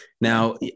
Now